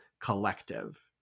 collective